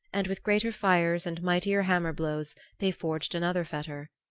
and with greater fires and mightier hammer blows they forged another fetter.